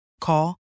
Call